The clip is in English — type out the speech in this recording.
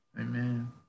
Amen